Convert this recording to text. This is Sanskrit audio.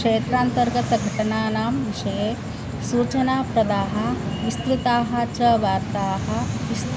क्षेत्रान्तर्गतानां घटनानां विषये सूचनाप्रदाः विस्तृताः च वार्ताः विस्